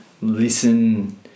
listen